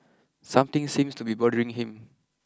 something seems to be bothering him